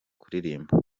kuririmba